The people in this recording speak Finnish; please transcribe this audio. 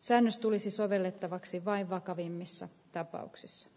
säännös tulisi sovellettavaksi vain vakavimmissa tapauksissa